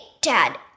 Dad